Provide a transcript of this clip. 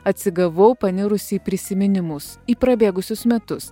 atsigavau panirusi į prisiminimus į prabėgusius metus